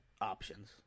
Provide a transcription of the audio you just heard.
options